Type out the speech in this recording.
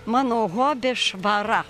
mano hobis švara